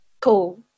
Cool